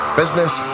business